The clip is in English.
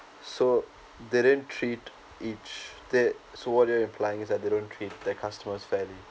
so they didn't treat each they so what they are implying is that they don't treat their customers fairly